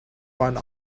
one